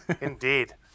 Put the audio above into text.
indeed